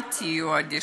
אל תהיו אדישים.